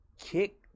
kick